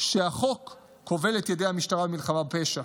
שהחוק כובל את ידי המשטרה במלחמה בפשע,